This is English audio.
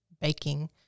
baking